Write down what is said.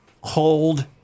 hold